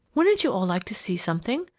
wouldn't you all like to see something?